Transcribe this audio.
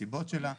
הסיבות שלה.